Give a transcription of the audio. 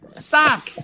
Stop